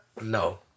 No